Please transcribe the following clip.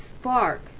spark